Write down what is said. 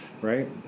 right